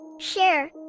Share